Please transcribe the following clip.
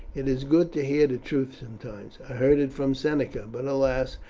it is good to hear the truth sometimes. i heard it from seneca but, alas!